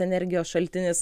energijos šaltinis